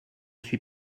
suis